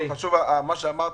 חשוב מה שאמרת,